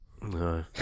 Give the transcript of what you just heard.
no